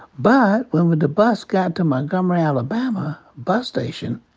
but when when the bus got to montgomery, alabama bus station,